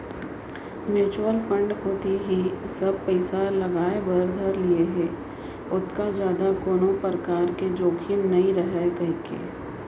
mutual fund कोती ही सब पइसा लगाय बर धर लिये हें ओतका जादा कोनो परकार के जोखिम नइ राहय कहिके